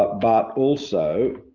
but but also,